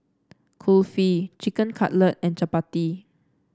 Kulfi Chicken Cutlet and Chapati